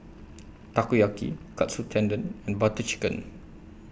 Takoyaki Katsu Tendon and Butter Chicken